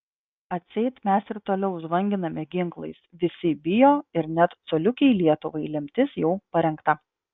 atseit mes ir toliau žvanginame ginklais visi bijo ir net coliukei lietuvai lemtis jau parengta